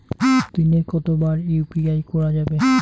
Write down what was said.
দিনে কতবার ইউ.পি.আই করা যাবে?